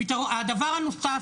דבר נוסף,